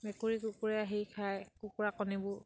মেকুৰী কুকুৰে আহি খাই কুকুৰা কণীবোৰ